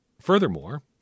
Furthermore